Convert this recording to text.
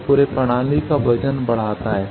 तो पूरे प्रणाली का वजन बढ़ाता है